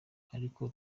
ariko